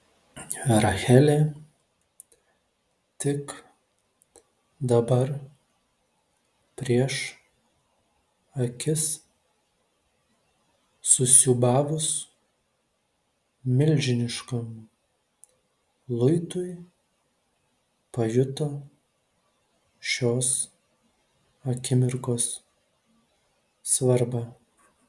rachelė tik dabar prieš akis susiūbavus milžiniškam luitui pajuto šios akimirkos svarbą